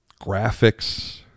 graphics